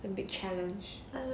the big challenge